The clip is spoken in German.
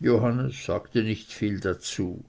johannes sagte nicht viel dazu